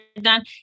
done